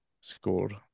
scored